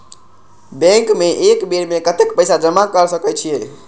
Bank में एक बेर में कतेक पैसा जमा कर सके छीये?